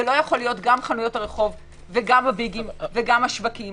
זה לא יכול להיות גם חנויות הרחוב וגם הביגים וגם השווקים.